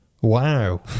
Wow